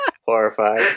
Horrified